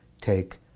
take